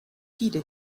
viele